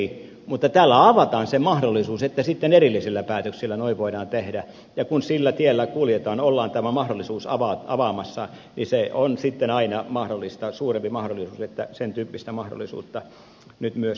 mutta tällä avataan se mahdollisuus että sitten erillisillä päätöksillä noin voidaan tehdä ja kun sillä tiellä kuljetaan ollaan tämä mahdollisuus avaamassa niin on sitten aina suurempi mahdollisuus että sentyyppistä mahdollisuutta nyt myös sitten käytetään